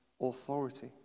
authority